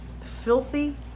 filthy